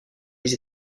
les